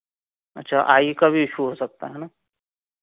अच्छा आई का भी इशू हो सकता है ना